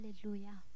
Hallelujah